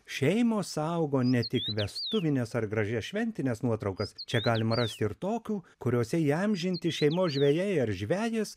šeimos saugo ne tik vestuvines ar gražias šventines nuotraukas čia galima rasti ir tokių kuriose įamžinti šeimos žvejai ar žvejas